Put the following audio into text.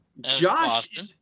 Josh